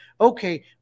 Okay